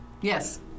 yes